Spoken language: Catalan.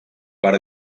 per